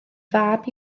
fab